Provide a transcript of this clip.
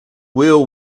will